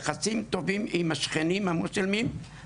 יחסים טובים עם השכנים המוסלמים,